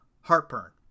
Heartburn